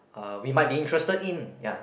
uh we might be interested in ya